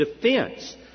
defense